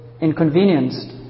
inconvenienced